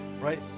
right